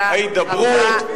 ההידברות,